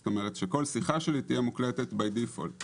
זאת אומרת שכל שיחה שלי תהיה מוקלטת כברירת מחדל.